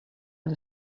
the